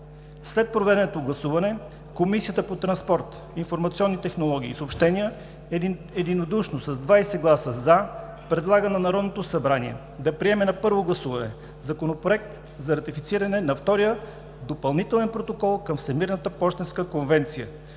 След проведеното гласуване Комисията по транспорт, информационни технологии и съобщенията единодушно с 20 гласа „за“ предлага на Народното събрание да приеме на първо гласуване Законопроект за ратифициране на Втория допълнителен протокол към Всемирната пощенска конвенция